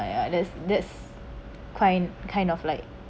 ya that's that's kind kind of like